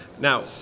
Now